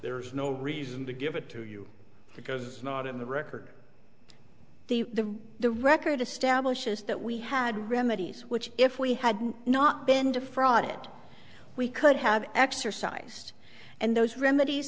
there is no reason to give it to you because not in the record the the the record establishes that we had remedies which if we had not been defrauded we could have exercised and those remedies